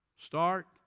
Start